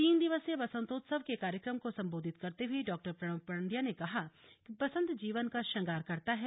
तीन दिवसीय वसंतोत्सव के कार्यक्रम को संबोधित करते हुए डॉ प्रणव पण्ड्या ने कहा कि वसंत जीवन का श्रृंगार करता है